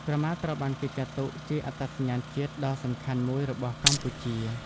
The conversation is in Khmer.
ក្រមាត្រូវបានគេចាត់ទុកជា អត្តសញ្ញាណជាតិ ដ៏សំខាន់មួយរបស់កម្ពុជា។